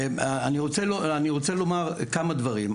אני רוצה לומר כמה דברים.